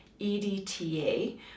edta